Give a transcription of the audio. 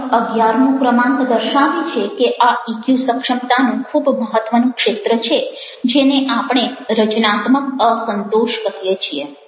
અને અગિયારમો ક્રમાંક દર્શાવે છે કે આ ઇક્યુ સક્ષમતાનું ખૂબ મહત્વનું ક્ષેત્ર છે જેને આપણે રચનાત્મક અસંતોષ કહીએ છીએ